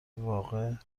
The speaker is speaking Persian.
واقعه